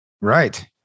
right